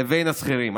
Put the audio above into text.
לבין השכירים.